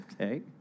Okay